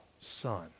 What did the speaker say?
son